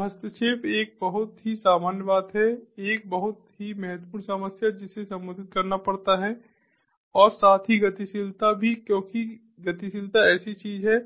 तो हस्तक्षेप एक बहुत ही सामान्य बात है एक बहुत ही महत्वपूर्ण समस्या जिसे संबोधित करना पड़ता है और साथ ही गतिशीलता भी क्योंकि गतिशीलता ऐसी चीज है